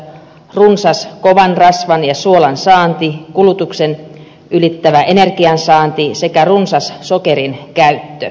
runsas kovan rasvan ja suolan saanti kulutuksen ylittävä energiansaanti sekä runsas sokerin käyttö